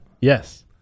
Yes